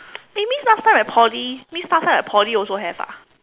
it means last time my Poly means last time my Poly also have ah